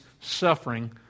suffering